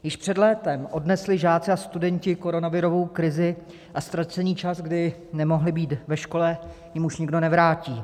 Již před létem odnesli žáci a studenti koronavirovou krizi a ztracený čas, kdy nemohli být ve škole, jim už nikdo nevrátí.